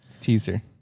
Teaser